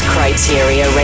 Criteria